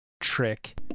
trick